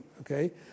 okay